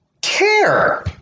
care